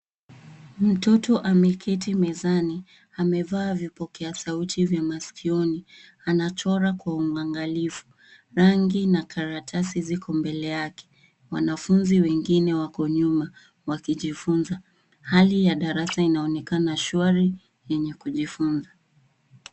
Mtoto ameketi mezani. Amevaa vipokea sauti vya masikioni. Anachora kwa uangalifu. Rangi na karatasi ziko mbele yake. Wanafunzi wengine wako nyuma wakijifunza. Hali ya darasa inaonekana shwari yenye kujifunza.